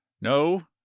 no